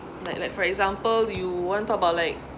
like like for example you want talk about like